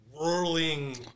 whirling